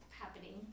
happening